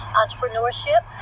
entrepreneurship